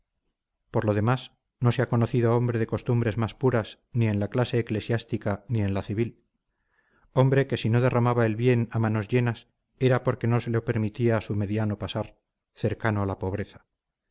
por lo demás no se ha conocido hombre de costumbres más puras ni en la clase eclesiástica ni en la civil hombre que si no derramaba el bien a manos llenas era porque no se lo permitía su mediano pasar cercano a la pobreza